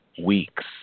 weeks